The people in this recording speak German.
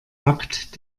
backt